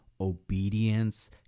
obedience